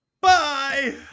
Bye